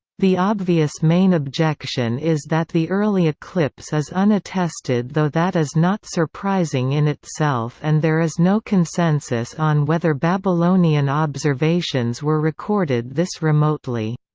the obvious main objection is that the early eclipse is unattested though that is not surprising in itself and there is no consensus on whether babylonian observations were recorded this remotely.